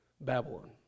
Babylon